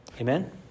Amen